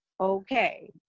okay